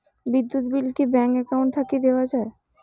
বিদ্যুৎ বিল কি bank account থাকি দেওয়া য়ায়?